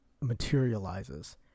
materializes